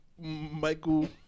Michael